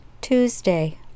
Tuesday